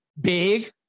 Big